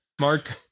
Mark